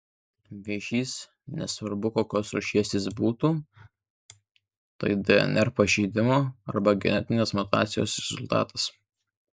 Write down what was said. vėžys nesvarbu kokios rūšies jis būtų tai dnr pažeidimo arba genetinės mutacijos rezultatas